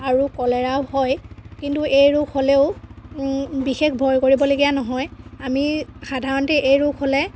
আৰু ক'লেৰাও হয় কিন্তু এই ৰোগ হ'লেও বিশেষ ভয় কৰিবলগীয়া নহয় আমি সাধাৰণতে এই ৰোগ হ'লে